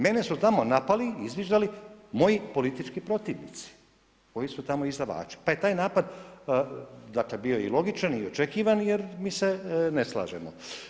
Mene su tamo napali i izviždali moji politički protivnici koji su tamo izdavači, pa je taj napad, dakle bio i logičan i očekivan jer mi se ne slažemo.